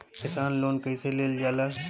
किसान लोन कईसे लेल जाला?